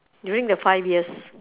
during the five years